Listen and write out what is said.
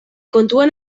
kontuan